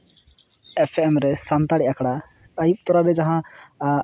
FM ᱨᱮ ᱥᱟᱱᱛᱟᱲᱤ ᱟᱠᱷᱲᱟ ᱟᱭᱩᱵ ᱛᱚᱨᱟ ᱜᱮ ᱡᱟᱦᱟᱸ